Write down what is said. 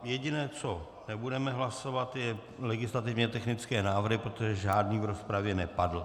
Jediné, co nebudeme hlasovat, jsou legislativně technické nápravy, protože žádný v rozpravě nepadl.